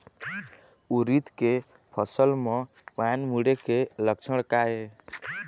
उरीद के फसल म पान मुड़े के लक्षण का ये?